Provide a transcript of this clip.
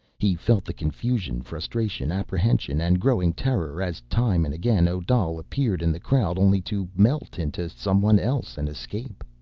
he felt the confusion, frustration, apprehension and growing terror as, time and again, odal appeared in the crowd only to melt into someone else and escape.